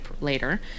later